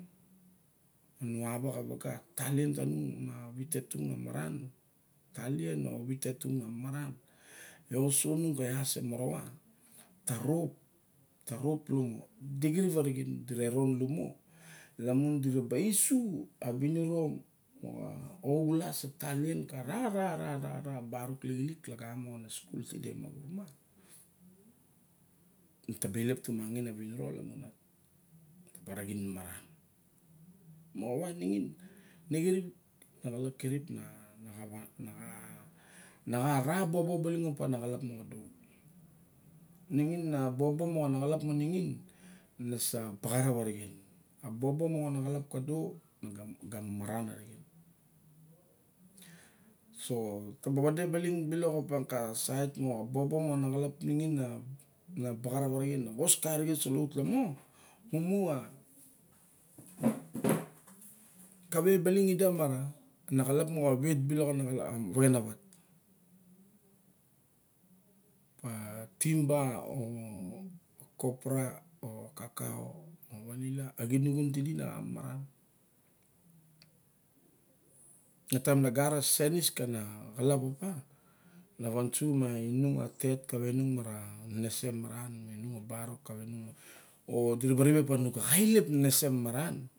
Nu a wa xa wa ga, a talien tanung ma vite tung lox maran. A tatien ma vite tung na maran. Eosonung kalas se morawa, ta rop ta rop iep. De kirip a mixen di ra ronlamo lamun ali raba isu a viniro moxa oxulas a talien ka re ra ra barak lilik lagamo kana skul aide manima. Ne ta ba ilep tumangir a viniro lamun ne ta ba ragen maran. Moxawa nigen nexrip, naxalap kirip na maxa bobo baling pleing a naxalap mo kado. Ningen a na bobo moxa ma xalap ningin ne sa kagarap a rixen. A bobo mexa na xalap kado na ga na ga mama ran a rixen. So taba vade baling bilokopa ka sait moxa bobo moxa naxalap nixin na, na bagarap a rixen na xos ka arixen uso lamo mumu a kaweba i ling i da ma na xalap mo wet bilok a na vexenawat. A timba a copra, a cocoa, a vanila. A xinxiun tidi na ka maran. Na taim na gat a senis kana xalap opa. Na vansu ma inung a tet kawei nung mara nenese maran ma inung a barok kawe nung manenese o diraba ribe opa nu ga xa ilep nenese maran.